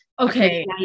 okay